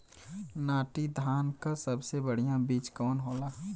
नाटी धान क सबसे बढ़िया बीज कवन होला?